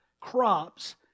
crops